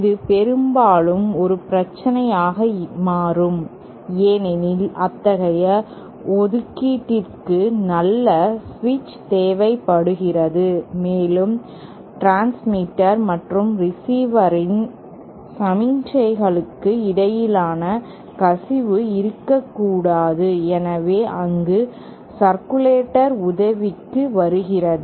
இது பெரும்பாலும் ஒரு பிரச்சினையாக மாறும் ஏனெனில் அத்தகைய ஒதுக்கீட்டிற்கு நல்ல சுவிட்ச் தேவைப்படுகிறது மேலும் டிரான்ஸ்மிட்டர் மற்றும் ரிசீவரின் சமிக்ஞைகளுக்கு இடையில் கசிவு இருக்கக்கூடாது எனவே அங்கு சர்க்குலேட்டர் உதவிக்கு வருகிறது